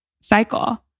cycle